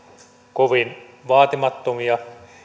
kovin vaatimattomia